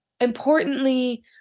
importantly